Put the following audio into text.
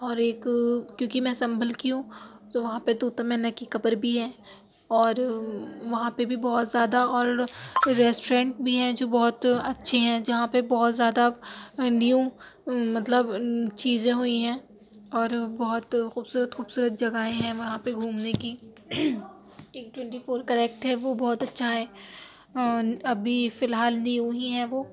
اور ایک کیوںکہ میں سنبھل کی ہوں تو وہاں پہ طوطا مینا کی قبر بھی ہے اور وہاں پہ بھی بہت زیادہ اور ریسٹورنٹ بھی ہیں جو بہت اچھے ہیں جہاں پہ بہت زیادہ نیو مطلب چیزیں ہوئی ہیں اور بہت خوبصورت خوبصورت جگہیں ہیں وہاں پہ گھومنے کی ایک ٹوئنٹی فور کریکٹ ہے وہ بہت اچھا ہے ابھی فی الحال نیو ہی ہیں وہ